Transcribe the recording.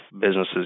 businesses